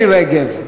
רגב,